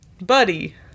Buddy